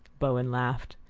bowen laughed.